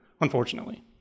Unfortunately